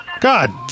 God